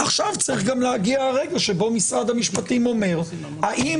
עכשיו צריך גם להגיע הרגע שבו משרד המשפטים אומר האם